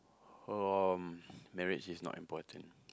um marriage is not important